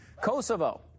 Kosovo